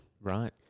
Right